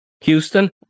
houston